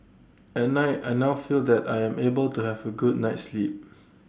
at night I now feel that I am able to have A good night's sleep